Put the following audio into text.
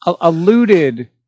alluded